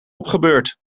opgebeurd